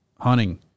hunting